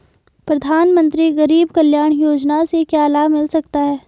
प्रधानमंत्री गरीब कल्याण योजना से क्या लाभ मिल सकता है?